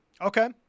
Okay